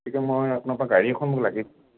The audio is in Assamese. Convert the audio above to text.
গতিকে মই আপোনাৰ পৰা গাড়ী এখন মোক লাগে